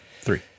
Three